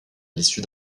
l’issue